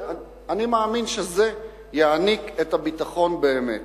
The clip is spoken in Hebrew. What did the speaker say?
אני מאמין שזה יעניק את הביטחון באמת.